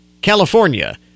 California